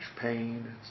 pain